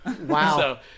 wow